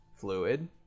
fluid